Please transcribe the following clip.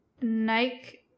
Nike